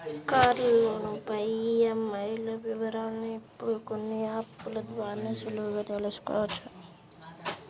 కారులోను పై ఉన్న ఈఎంఐల వివరాలను ఇప్పుడు కొన్ని యాప్ ల ద్వారా సులువుగా తెల్సుకోవచ్చు